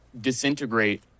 disintegrate